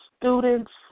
students